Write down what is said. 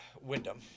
Wyndham